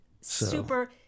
super